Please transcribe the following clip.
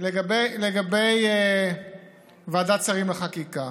לגבי ועדת שרים לחקיקה